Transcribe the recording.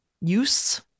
use